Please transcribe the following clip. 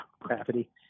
gravity